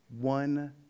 One